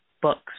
books